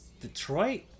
Detroit